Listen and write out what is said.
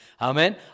Amen